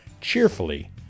cheerfully